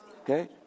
Okay